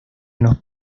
nos